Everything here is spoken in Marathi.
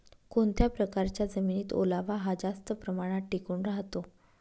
कोणत्या प्रकारच्या जमिनीत ओलावा हा जास्त प्रमाणात टिकून राहतो?